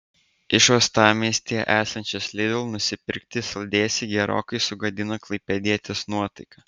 iš uostamiestyje esančios lidl nusipirkti saldėsiai gerokai sugadino klaipėdietės nuotaiką